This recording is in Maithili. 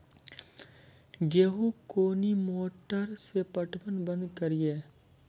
गेहूँ कोनी मोटर से पटवन बंद करिए?